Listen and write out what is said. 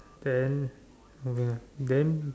then move on then